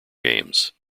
games